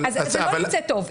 לא יוצא טוב.